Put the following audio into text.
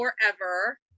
forever